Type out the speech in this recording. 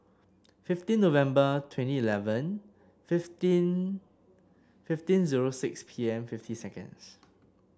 fifteen November twenty eleven fifteen fifteen zero six P M fifty seconds